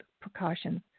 precautions